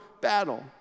battle